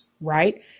Right